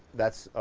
that's,